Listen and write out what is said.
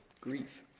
grief